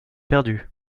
perdu